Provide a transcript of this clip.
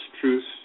truths